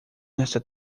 nesta